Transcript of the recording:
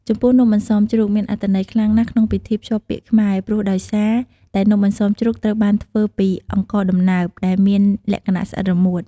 ចំពោះនំអន្សមជ្រូកមានអត្ថន័យខ្លាំងណាស់ក្នុងពិធីភ្ជាប់ពាក្យខ្មែរ ព្រោះដោយសារតែនំអន្សមជ្រូកត្រូវបានធ្វើពី អង្ករដំណើប ដែលមានលក្ខណៈស្អិតរមួត។